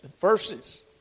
verses